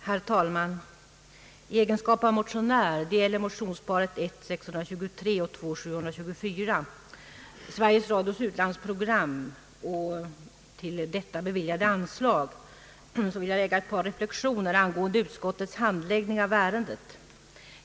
Herr talman! I egenskap av motionär — när det gäller motionsparet I: 623 och II: 724 som berör Sveriges Radios utlandsprogram och till detta beviljade anslag — vill jag framföra ett par reflexioner angående utskottets handläggning av ärendet.